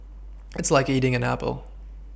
it's like eating an Apple